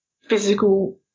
physical